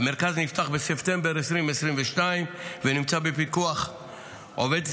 המרכז נפתח בספטמבר 2022 ונמצא בפיקוח עובדת